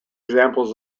examples